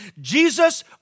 Jesus